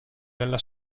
della